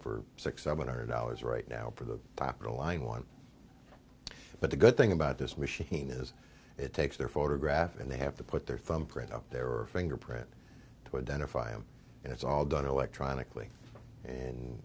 for six seven hundred dollars right now for the top of the line one but the good thing about this machine is it takes their photograph and they have to put their thumb print up there or fingerprint to identify him and it's all done electronically and